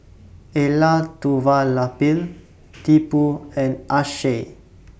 Elattuvalapil Tipu and Akshay